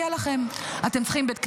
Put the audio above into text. יהיה לכם, אתם צריכים בית כנסת?